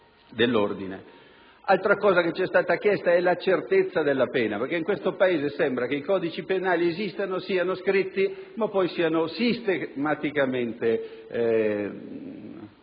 dell'ordine. Altra cosa che ci è stata chiesta è la certezza della pena, perché in questo Paese sembra che i codici penali esistano, siano scritti, ma poi siano sistematicamente ovviati*,*